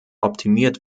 optimiert